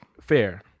Fair